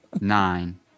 Nine